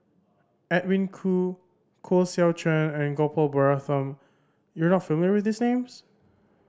Edwin Koo Koh Seow Chuan and Gopal Baratham you are not familiar with these names